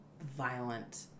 violent